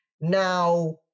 Now